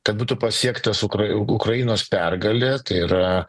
kad būtų pasiektas ukra ukrainos pergalė tai yra